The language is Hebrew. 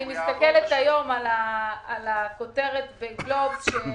אני מסתכלת היום על הכותרת ב"גלובס",